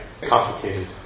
complicated